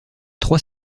trois